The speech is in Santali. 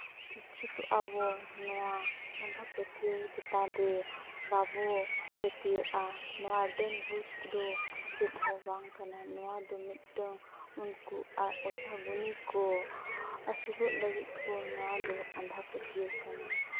ᱥᱤᱪᱪᱷᱤᱛᱚᱜ ᱟᱵᱚᱱ ᱱᱚᱣᱟ ᱟᱸᱫᱷᱟ ᱯᱟᱹᱛᱭᱟᱹᱣ ᱪᱮᱛᱟᱱ ᱨᱮ ᱵᱟᱵᱚ ᱯᱟᱹᱛᱭᱟᱹᱜᱼᱟ ᱱᱚᱣᱟ ᱰᱟᱹᱱ ᱵᱷᱩᱛ ᱠᱚᱫᱚ ᱪᱮᱫ ᱦᱚᱸ ᱵᱟᱝ ᱠᱟᱱᱟ ᱱᱚᱣᱟ ᱫᱚ ᱢᱤᱫᱴᱟᱹᱱ ᱩᱱᱠᱩ ᱳᱡᱷᱟ ᱜᱩᱱᱤ ᱠᱚ ᱟᱹᱥᱩᱞᱚᱜ ᱞᱟᱹᱜᱤᱫ ᱠᱚ ᱱᱚᱣᱟᱫᱚ ᱟᱸᱫᱷᱟ ᱯᱟᱹᱛᱭᱟᱹᱣ ᱠᱟᱱᱟ